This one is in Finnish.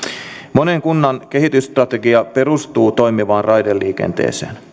monen kunnan kehitysstrategia perustuu toimivaan raideliikenteeseen